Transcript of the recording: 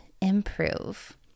improve